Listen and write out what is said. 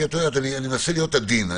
את יודעת, אני מנסה להיות עדין.